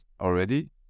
already